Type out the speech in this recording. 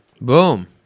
Boom